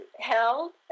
held